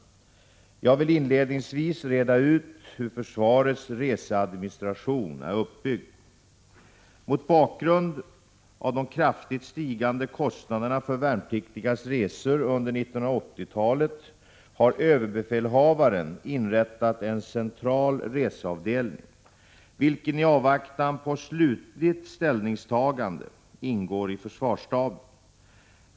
Jag vill inledningsvis reda ut hur försvarets reseadministration är uppbyggd. Mot bakgrund av de kraftigt stigande kostnaderna för värnpliktigas resor under 1980-talet har överbefälhavaren inrättat en central reseavdelning, vilken i avvaktan på slutligt ställningstagande ingår i försvarsstaben.